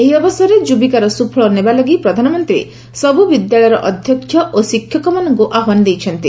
ଏହି ଅବସରରେ ଯୁବିକାର ସ୍ରଫଳ ନେବାଲାଗି ପ୍ରଧାନମନ୍ତ୍ରୀ ସବ୍ ବିଦ୍ୟାଳୟର ଅଧ୍ୟକ୍ଷ ଏବଂ ଶିକ୍ଷକମାନଙ୍କ ଆହ୍ବାନ ଦେଇଛନ୍ତି